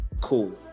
Cool